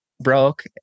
broke